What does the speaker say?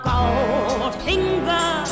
Goldfinger